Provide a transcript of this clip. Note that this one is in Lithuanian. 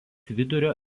vidurio